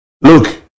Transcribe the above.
Look